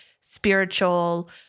spiritual